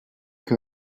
que